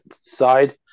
side